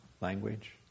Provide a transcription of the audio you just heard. language